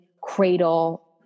cradle